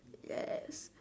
yes